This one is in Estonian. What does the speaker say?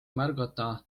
märgata